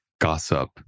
gossip